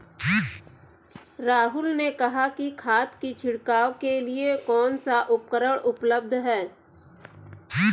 राहुल ने कहा कि खाद की छिड़काव के लिए कौन सा उपकरण उपलब्ध है?